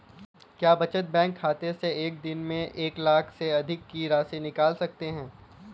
क्या बचत बैंक खाते से एक दिन में एक लाख से अधिक की राशि निकाल सकते हैं?